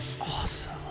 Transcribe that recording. Awesome